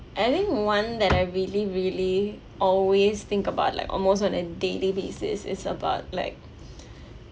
I think one that I really really always think about like almost on a daily basis is about like